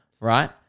right